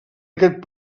aquest